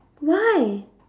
why